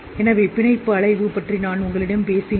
எனவே பிணைப்பு அலைவு பற்றி நான் உங்களிடம் பேசினேன்